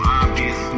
obvious